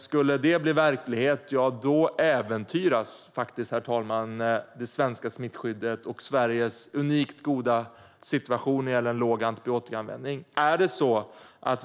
Skulle det bli verklighet äventyras det svenska smittskyddet och Sveriges unikt goda situation när det gäller låg antibiotikaanvändning.